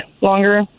longer